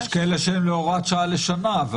יש כאלה שהם הוראת שעה לשנה.